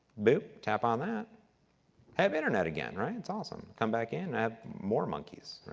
boop, tap on that, i have internet again, right? it's awesome. come back in, add more monkeys,